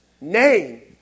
name